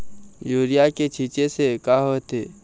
Urea के छींचे से का होथे?